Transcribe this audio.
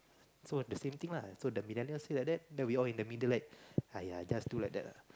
so the same thing lah so the millennial say like that then we all in the middle right !aiya! just do like that lah